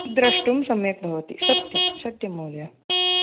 द्रष्टुं सम्यक् भवति सत्यं सत्यं महोदय